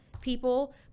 people